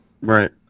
Right